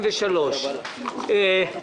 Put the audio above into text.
לעבודה.